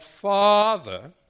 father